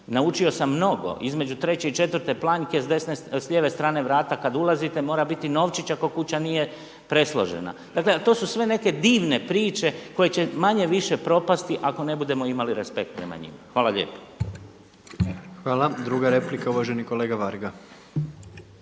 Naučio sam mnogo. Između treće i četvrte planjke s lijeve strane vrata kad ulazite mora biti novčić ako kuća nije presložena. Dakle, to su sve neke divne priče koje će manje-više propasti ako ne budemo imali respekt prema njima. Hvala lijepo. **Jandroković, Gordan (HDZ)** Hvala. Druga replika uvaženi kolega Varga.